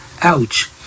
Ouch